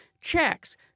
checks